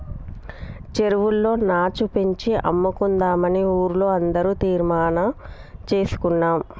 చెరువులో నాచు పెంచి అమ్ముకుందామని ఊర్లో అందరం తీర్మానం చేసుకున్నాం